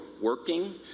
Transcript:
working